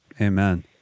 Amen